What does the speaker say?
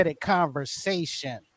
conversation